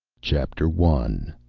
chapter one